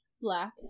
black